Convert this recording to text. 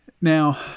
Now